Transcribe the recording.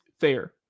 fair